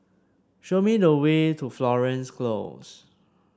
show me the way to Florence Close